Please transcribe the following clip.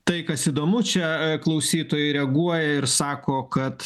tai kas įdomu čia klausytojai reaguoja ir sako kad